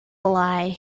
lie